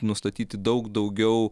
nustatyti daug daugiau